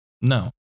No